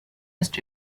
ist